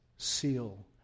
Seal